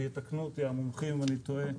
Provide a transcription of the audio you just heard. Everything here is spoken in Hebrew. ויתקנו אותי המומחים אם אני טועה,